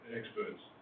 experts